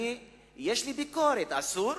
יש לי ביקורת, אסור?